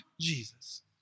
Jesus